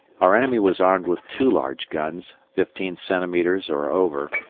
our enemy was armed with two large guns, fifteen centimetres or over,